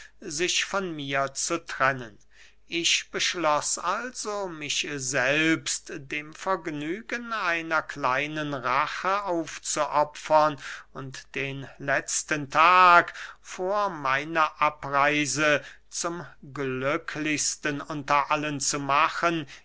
sich von mir zu trennen ich beschloß also mich selbst dem vergnügen einer kleinen rache aufzuopfern und den letzten tag vor meiner abreise zum glücklichsten unter allen zu machen